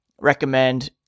recommend